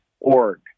org